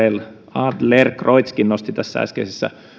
adlercreutzkin nosti tässä äskeisessä